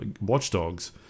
watchdogs